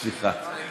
רגע, סליחה, גברתי.